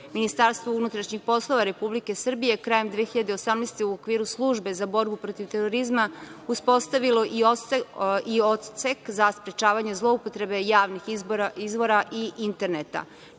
Ministarstvo unutrašnjih poslova Republike Srbije krajem 2018. godine u okviru Službe za borbu protiv terorizma uspostavilo je i Odsek za sprečavanje zloupotrebe javnih izvora i interneta,